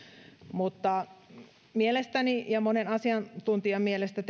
mutta mielestäni ja monen asiantuntijan mielestä